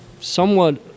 somewhat